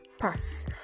pass